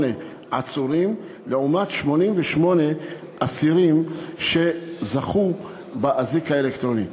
עצורים לעומת 88 אסירים שזכו באזיק האלקטרוני.